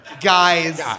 guys